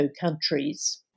countries